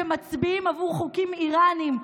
שמצביעים עבור חוקים איראניים,